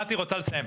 מטי רוצה לסיים.